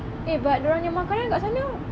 eh but diorang nya makanan kat sana